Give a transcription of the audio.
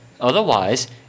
Otherwise